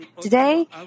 Today